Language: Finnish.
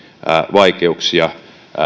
vaikeuksia